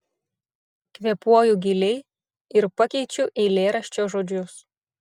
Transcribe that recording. kvėpuoju giliai ir pakeičiu eilėraščio žodžius